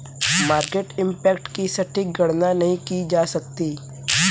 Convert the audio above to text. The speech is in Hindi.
मार्केट इम्पैक्ट की सटीक गणना नहीं की जा सकती